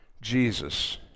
Jesus